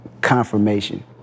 confirmation